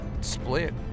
split